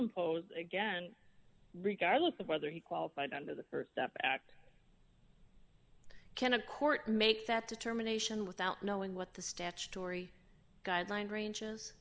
impose again regardless of whether he qualified under the st step act can a court make that determination without knowing what the statutory guidelines ranges